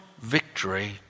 victory